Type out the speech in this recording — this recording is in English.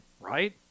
right